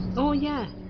oh yeah,